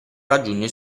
raggiunge